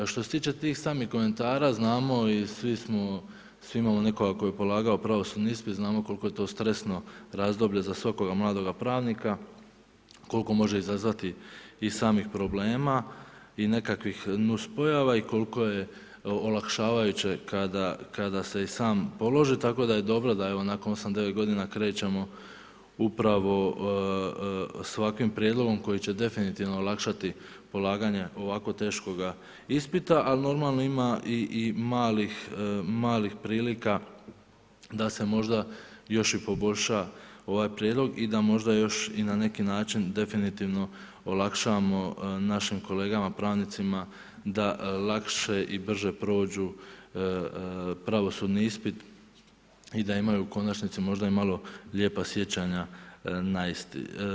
Što se tiče tih samih komentara znamo i svi imamo neko, tko je polagao pravosudni ispit znamo koliko je to stresno razdoblje za svakoga mladoga pravnika, koliko može izazvati i samih problema i nekakvih nuspojava i koliko je olakšavajuće kada se i sam položi tako da je dobro da nakon 8, 9 godina krećemo upravo sa ovakvim prijedlogom koji će definitivno olakšati polaganje ovako teškoga ispita, ali normalno ima i malih prilika da se možda još i poboljša ovaj prijedlog i da možda još i na neki način definitivno olakšamo našim kolegama pravnicima da lakše i brže prođu pravosudni ispit i da imaju u konačnici i malo lijepa sjećanja na isti.